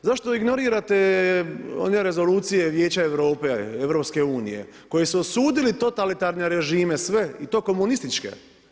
Zašto ignorirate mjere rezolucije Vijeća Europe, EU-a koji su osudili totalitarne režime sve i to komunističke.